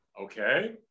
okay